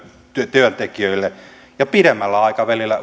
työntekijöille ja pidemmällä aikavälillä